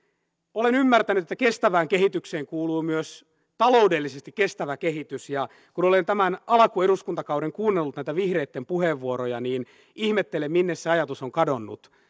olen ymmärtänyt että kestävään kehitykseen kuuluu myös taloudellisesti kestävä kehitys ja kun olen tämän alkueduskuntakauden kuunnellut näitä vihreitten puheenvuoroja niin ihmettelen minne se ajatus on kadonnut